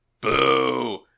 Boo